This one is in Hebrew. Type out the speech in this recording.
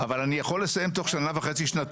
אבל אני יכול לסיים בתוך שנה וחצי-שנתיים,